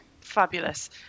Fabulous